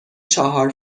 چهار